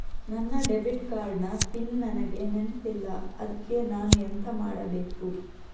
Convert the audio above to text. ನನ್ನ debit card ನ PIN ನನಗೆ ನೆನಪಿಲ್ಲ ಅದ್ಕೆ ನಾನು ಎಂತ ಮಾಡಬೇಕು?